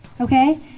okay